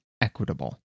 equitable